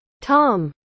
Tom